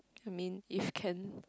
I mean if can